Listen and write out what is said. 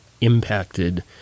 impacted